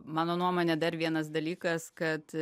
mano nuomone dar vienas dalykas kad